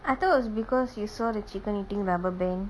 I thought it was because you saw the chicken eating rubber band